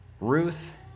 Ruth